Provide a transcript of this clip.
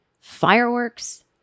fireworks